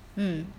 mm